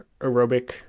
aerobic